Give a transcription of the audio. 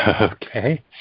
Okay